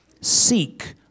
seek